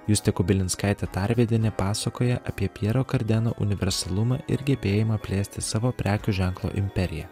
justė kubilinskaitė tarvydienė pasakoja apie pjero kardeno universalumą ir gebėjimą plėsti savo prekių ženklo imperiją